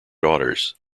daughters